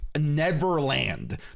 neverland